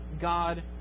God